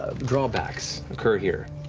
ah drawbacks occur here.